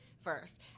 first